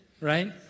right